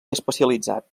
especialitzat